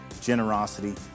generosity